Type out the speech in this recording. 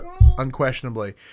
unquestionably